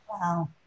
Wow